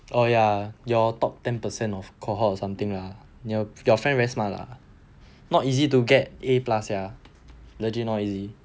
oh ya your top ten percent of cohort or something ah your your friend very smart lah not easy to get A plus sia legit not easy